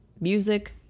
music